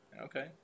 Okay